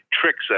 tricks